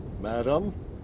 Madam